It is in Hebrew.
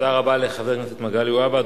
תודה רבה לחבר הכנסת מגלי והבה.